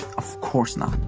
of course, not!